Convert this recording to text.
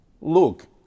look